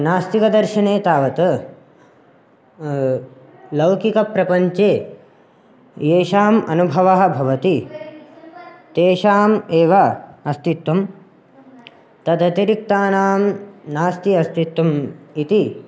नास्तिकदर्शने तावत् लौकिकप्रपञ्चे येषाम् अनुभवः भवति तेषाम् एव अस्तित्वं तदतिरिक्तानां नास्ति अस्तित्वम् इति